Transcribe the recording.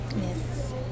Yes